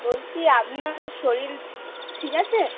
বলছি আপনার শরীর ঠিক আছে